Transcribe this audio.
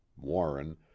warren